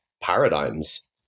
paradigms